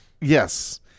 Yes